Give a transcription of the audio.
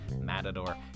Matador